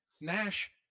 Nash